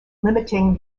limiting